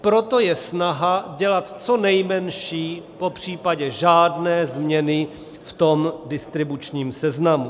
Proto je snaha dělat co nejmenší, popřípadě žádné změny v tom distribučním seznamu.